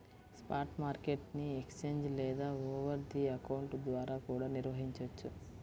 spot market ని exchange లేదా over the counter ద్వారా కూడా నిర్వహించొచ్చు